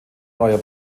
neuer